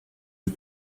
you